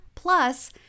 plus